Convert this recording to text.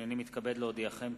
הנני מתכבד להודיעכם,